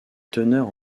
teneur